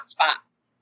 hotspots